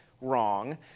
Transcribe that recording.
wrong